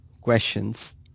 questions